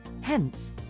Hence